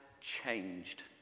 changed